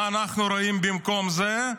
מה אנחנו רואים במקום זה?